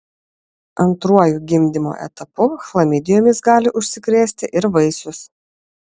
antruoju gimdymo etapu chlamidijomis gali užsikrėsti ir vaisius